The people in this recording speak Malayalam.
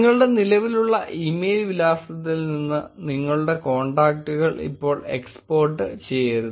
നിങ്ങളുടെ നിലവിലുള്ള ഇമെയിൽ വിലാസത്തിൽ നിന്ന് നിങ്ങളുടെ കോൺടാക്റ്റുകൾ ഇപ്പോൾ എക്സ്പോർട്ട് ചെയ്യരുത്